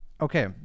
okay